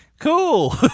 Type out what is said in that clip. Cool